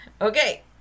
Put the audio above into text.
Okay